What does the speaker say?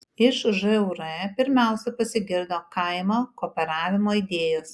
iš žūr pirmiausia pasigirdo kaimo kooperavimo idėjos